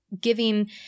giving